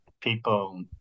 People